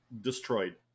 destroyed